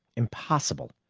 impossible,